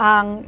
Ang